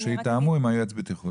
שיתאמו עם יועץ הבטיחות.